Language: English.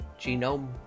genome